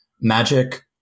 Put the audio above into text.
magic